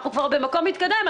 אנחנו כבר במקום מתקדם,